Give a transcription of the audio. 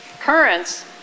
currents